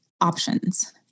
options